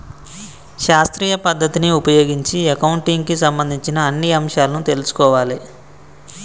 శాస్త్రీయ పద్ధతిని ఉపయోగించి అకౌంటింగ్ కి సంబంధించిన అన్ని అంశాలను తెల్సుకోవాలే